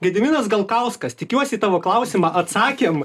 gediminas galkauskas tikiuosi į tavo klausimą atsakėm